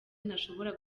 ntashobora